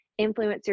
influencers